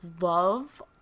love